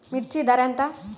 మిర్చి ధర ఎంత?